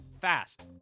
fast